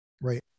right